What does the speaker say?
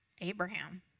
Abraham